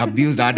abused